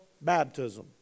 baptism